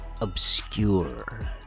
obscure